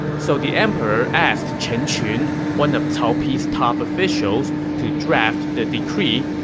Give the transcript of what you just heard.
so the emperor asked chen qun, one of cao pi's top officials, to draft the decree,